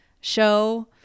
show